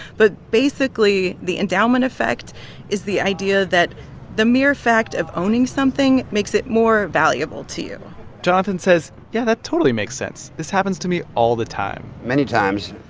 but basically, the endowment effect is the idea that the mere fact of owning something makes it more valuable to you jonathan says, yeah, that totally makes sense. this happens to me all the time many times,